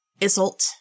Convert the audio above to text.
Isolt